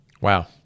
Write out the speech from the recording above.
Wow